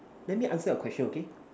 let me answer your question okay